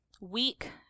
weak